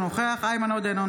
אינו נוכח איימן עודה,